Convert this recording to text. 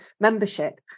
membership